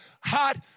hot